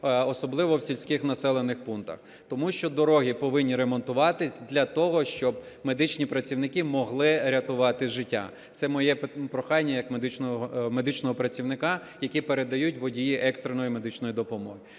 особливо в сільських населених пунктах, тому що дороги повинні ремонтуватись для того, щоб медичні працівники могли рятувати життя. Це моє прохання як медичного працівника, яке передають водії екстреної медичної допомоги.